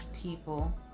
people